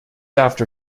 after